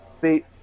See